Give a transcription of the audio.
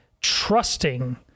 trusting